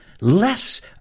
less